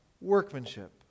workmanship